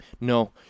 no